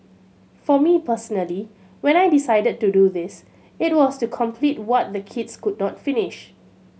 for me personally when I decided to do this it was to complete what the kids could not finish